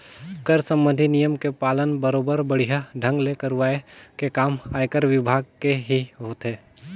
कर संबंधित नियम के पालन बरोबर बड़िहा ढंग ले करवाये के काम आयकर विभाग केही होथे